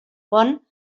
pont